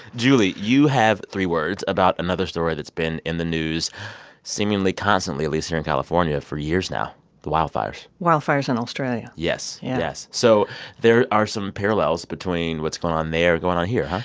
julie, you have three words about another story that's been in the news seemingly constantly at least here in california for years now the wildfires wildfires in australia yes, yes. so there are some parallels between what's going on there and going on here, huh?